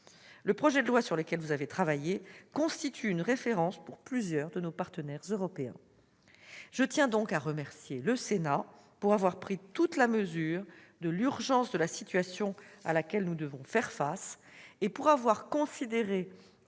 Le projet de loi sur lequel vous avez travaillé constitue une référence pour plusieurs de nos partenaires européens. Je tiens donc à remercier le Sénat d'avoir pris toute la mesure de l'urgence de la situation à laquelle nous devons faire face, et d'avoir considéré,